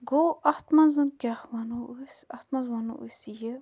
گوٚو اَتھ مَنٛز کیٛاہ وَنو أسۍ اَتھ مَنٛز وَنو أسۍ یہِ